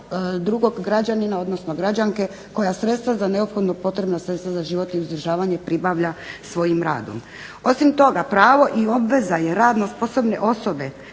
drugog građanina odnosno građanke koja sredstva za neophodno potrebna sredstva za život i uzdržavanje pribavlja svojim radom. Osim toga pravo i obveza je radno sposobne osobe